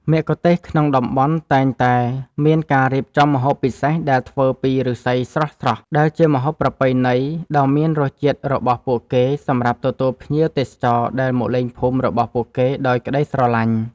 មគ្គុទ្ទេសក៍ក្នុងតំបន់តែងតែមានការរៀបចំម្ហូបពិសេសដែលធ្វើពីឫស្សីស្រស់ៗដែលជាម្ហូបប្រពៃណីដ៏មានរសជាតិរបស់ពួកគេសម្រាប់ទទួលភ្ញៀវទេសចរដែលមកលេងភូមិរបស់ពួកគេដោយក្ដីស្រឡាញ់។